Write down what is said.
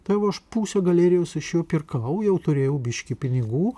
tai va aš pusę galerijos iš jo pirkau jau turėjau biškį pinigų